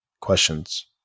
questions